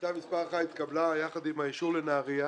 החלטה מס' אחת התקבלה יחד עם האישור לנהרייה,